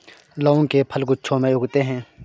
लौंग के फल गुच्छों में उगते हैं